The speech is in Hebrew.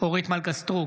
אורית מלכה סטרוק,